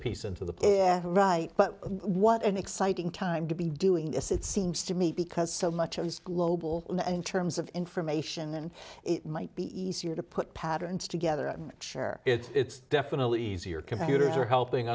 piece into the if right but what an exciting time to be doing this it seems to me because so much as global in terms of information and it might be easier to put patterns together i'm sure it's definitely easier computers are helping